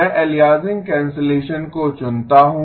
मैं aliasing cancellation को चुनता हूं